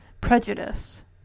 prejudice